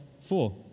four